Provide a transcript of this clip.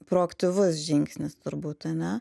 proaktyvus žingsnis turbūt ane